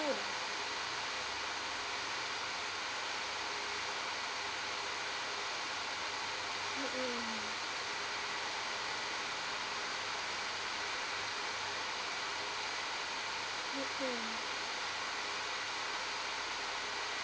mm mmhmm